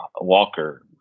Walker